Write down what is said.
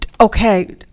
Okay